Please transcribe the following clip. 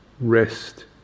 rest